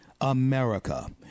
America